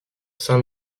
saint